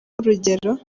urugero